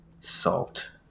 salt